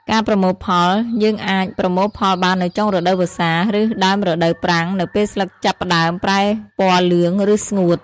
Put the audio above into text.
ការប្រមូលផល យើយអាចប្រមូលផលបាននៅចុងរដូវវស្សា ឬដើមរដូវប្រាំងនៅពេលស្លឹកចាប់ផ្តើមប្រែពណ៌លឿង ឬស្ងួត។